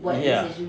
ya